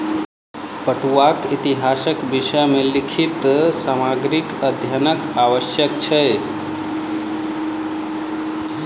पटुआक इतिहासक विषय मे लिखित सामग्रीक अध्ययनक आवश्यक छै